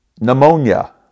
Pneumonia